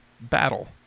battle